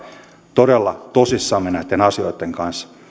todella tosissamme näitten asioitten kanssa